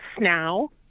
now